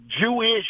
Jewish